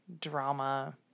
drama